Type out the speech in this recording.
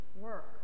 work